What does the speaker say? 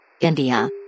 India